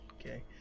okay